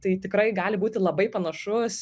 tai tikrai gali būti labai panašus